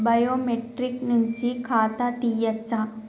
Biometric నుంచి ఖాతా తీయచ్చా?